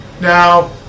Now